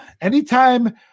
anytime